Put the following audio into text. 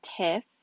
tiff